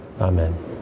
Amen